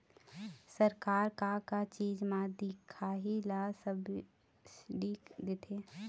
सरकार का का चीज म दिखाही ला सब्सिडी देथे?